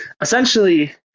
Essentially